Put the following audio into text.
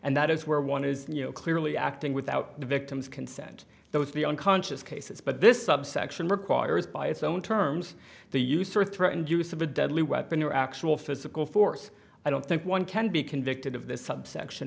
and that is where one is you know clearly acting without the victim's consent that was the unconscious cases but this subsection requires by its own terms the use or threatened use of a deadly weapon or actual physical force i don't think one can be convicted of this subsection